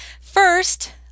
First